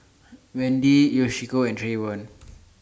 Wendy Yoshiko and Trayvon